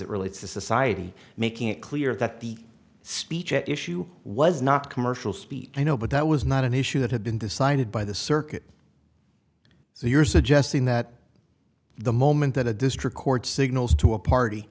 it relates to society making it clear that the speech at issue was not commercial speech you know but that was not an issue that had been decided by the circuit so you're suggesting that the moment that a district court signals to a party